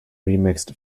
remixed